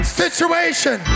situation